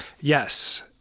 Yes